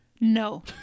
No